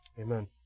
Amen